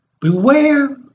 Beware